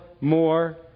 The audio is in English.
more